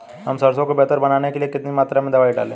हम सरसों को बेहतर बनाने के लिए कितनी मात्रा में दवाई डालें?